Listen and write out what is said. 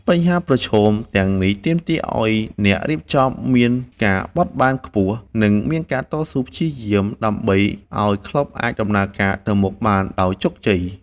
បញ្ហាប្រឈមទាំងនេះទាមទារឱ្យអ្នករៀបចំមានការបត់បែនខ្ពស់ និងមានការតស៊ូព្យាយាមដើម្បីឱ្យក្លឹបអាចដំណើរការទៅមុខបានដោយជោគជ័យ។